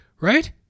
right